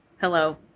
hello